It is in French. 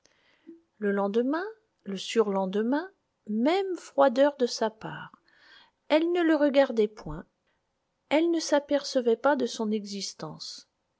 le lendemain le surlendemain même froideur de sa part elle ne le regardait point elle ne s'apercevait pas de son existence